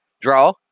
draw